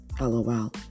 LOL